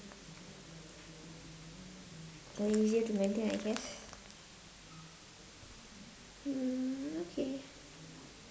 they're easier to maintain I guess mm okay